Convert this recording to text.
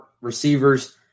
receivers